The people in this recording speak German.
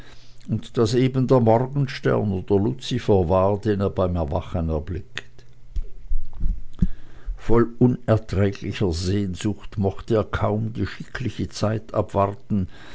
hängenblieb das eben der morgenstern oder luzifer war den er beim erwachen erblickte voll unerträglicher sehnsucht mochte er kaum die schickliche zeit abwarten